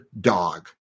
Dog